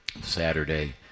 saturday